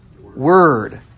word